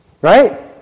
Right